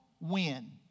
win